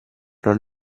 non